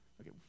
Okay